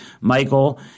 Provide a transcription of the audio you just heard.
michael